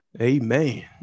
Amen